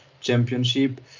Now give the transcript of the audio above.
championship